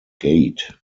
gait